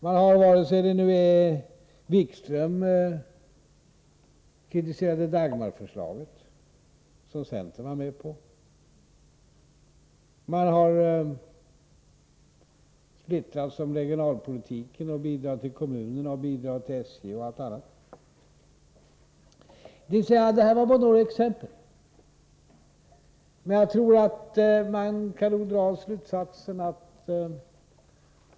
Och Jan-Erik Wikström kritiserar Dagmarförslaget som centern var med på. De borgerliga har splittrats beträffande regionalpolitiken, bidragen till kommunerna, bidraget till SJ och en massa annat. Detta var bara några exempel.